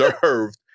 served